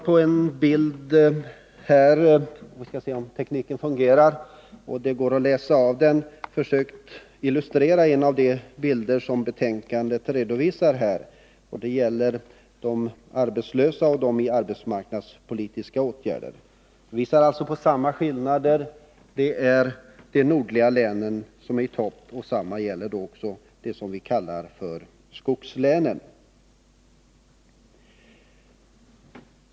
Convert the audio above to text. På s. 26 i betänkandet finns en bild som illustrerar andelen personer i resp. län som var arbetslösa eller i arbetsmarknadspolitiska åtgärder. Denna bild visar samma skillnader — de nordliga länen och de s.k. skogslänen är i topp.